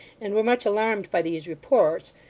and were much alarmed by these reports,